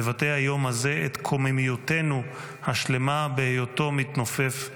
מבטא היום הזה את קוממיותנו השלמה בהיותו מתנופף בגאון".